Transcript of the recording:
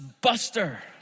buster